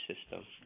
system